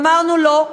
ואמרנו: לא,